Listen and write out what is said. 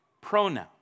pronoun